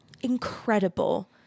incredible